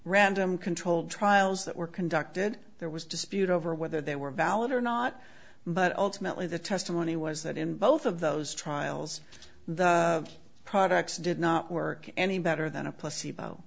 random controlled trials that were conducted there was dispute over whether they were valid or not but ultimately the testimony was that in both of those trials the products did not work any better than a placebo